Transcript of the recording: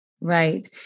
Right